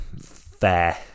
fair